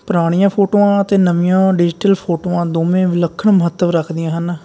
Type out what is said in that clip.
ਪੁਰਾਣੀਆਂ ਫੋਟੋਆਂ ਅਤੇ ਨਵੀਆਂ ਡਿਜੀਟਲ ਫੋਟੋਆਂ ਦੋਵੇਂ ਵਿਲੱਖਣ ਮਹੱਤਵ ਰੱਖਦੀਆਂ ਹਨ